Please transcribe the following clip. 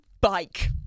bike